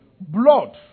Blood